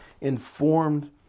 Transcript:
informed